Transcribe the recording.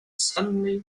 suddenly